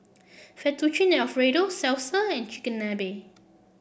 Fettuccine Alfredo Salsa and Chigenabe